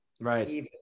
Right